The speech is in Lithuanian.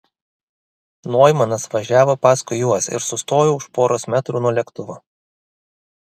noimanas važiavo paskui juos ir sustojo už poros metrų nuo lėktuvo